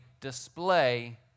display